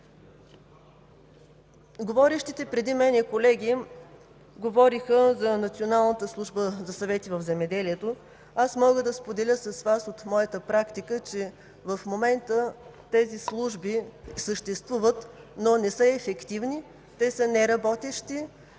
Говорещите преди мен колеги казаха за Националната служба за съвети в земеделието. Аз мога да споделя с Вас от моята практика, че в момента тези служби съществуват, но не са ефективни, те са неработещи,